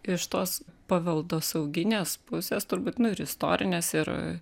iš tos paveldosauginės pusės turbūt nu ir istorinės ir